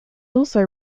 also